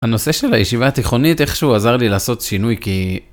הנושא של הישיבה התיכונית, איכשהו עזר לי לעשות שינוי כי...